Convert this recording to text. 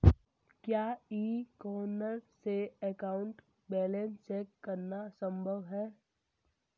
क्या e corner से account balance check करना संभव है?